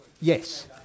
Yes